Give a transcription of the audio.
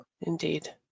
Indeed